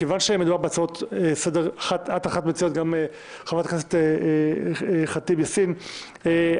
מכיוון שאת וחברת הכנסת אימאן ח'אטיב יאסין המציעות